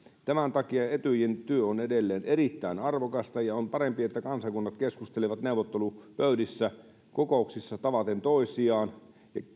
tämän takia etyjin työ on edelleen erittäin arvokasta ja on parempi että kansakunnat keskustelevat neuvottelupöydissä kokouksissa tavaten toisiaan